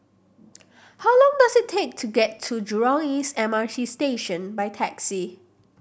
how long does it take to get to Jurong East M R T Station by taxi